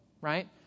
right